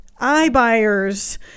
iBuyers